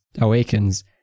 Awakens